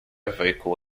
vocal